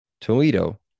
Toledo